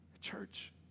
Church